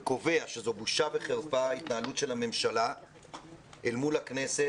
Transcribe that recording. אני קובע שבושה וחרפה ההתנהלות של הממשלה אל מול הכנסת.